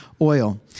oil